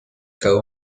cada